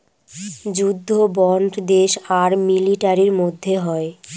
যুদ্ধ বন্ড দেশ আর মিলিটারির মধ্যে হয়